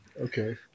Okay